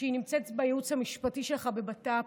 שנמצאת בייעוץ המשפטי שלך בבט"פ,